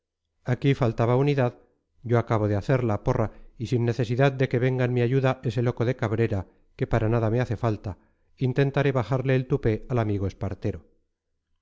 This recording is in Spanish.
aquí faltaba unidad yo acabo de hacerla porra y sin necesidad de que venga en mi ayuda ese loco de cabrera que para nada me hace falta intentaré bajarle el tupé al amigo espartero